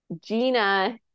Gina